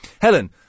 Helen